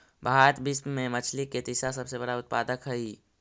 भारत विश्व में मछली के तीसरा सबसे बड़ा उत्पादक हई